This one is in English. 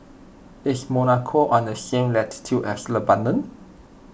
is Monaco on the same latitude as Lebanon